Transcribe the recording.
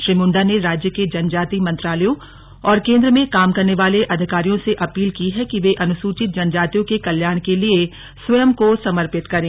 श्री मुंडा ने राज्य के जनजातीय मंत्रालयों और केंद्र में काम करने वाले अधिकारियों से अपील की है कि वे अनुसूचित जनजातियों के कल्याण के लिए स्वयं को समर्पित करें